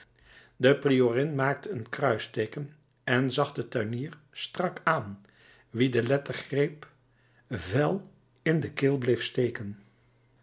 de priorin maakte een kruisteeken en zag den tuinier strak aan wien de lettergreep vel in de keel bleef steken